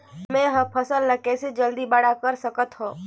मैं ह फल ला कइसे जल्दी बड़ा कर सकत हव?